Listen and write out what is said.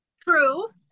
True